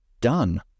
done